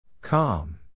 Calm